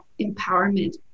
empowerment